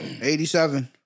87